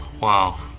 Wow